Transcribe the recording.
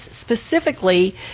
specifically